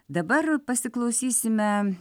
dabar pasiklausysime